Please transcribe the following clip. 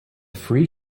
free